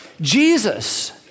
Jesus